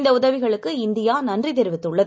இந்தஉதவிகளுக்குஇந்தியாநன்றிதெரிவித்துள்ளது